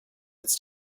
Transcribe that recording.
its